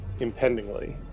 impendingly